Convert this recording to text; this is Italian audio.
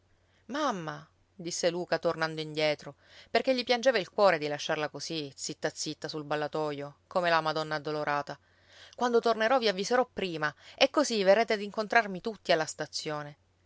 mamma disse luca tornando indietro perché gli piangeva il cuore di lasciarla così zitta zitta sul ballatoio come la madonna addolorata quando tornerò vi avviserò prima e così verrete ad incontrarmi tutti alla stazione